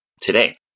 today